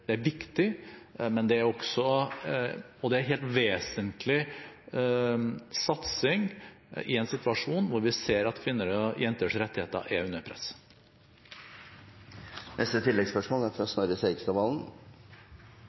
det er viktig, og det er en helt vesentlig satsing i en situasjon hvor vi ser at kvinner og jenters rettigheter er under press. Snorre Serigstad Valen